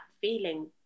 feeling